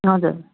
हजुर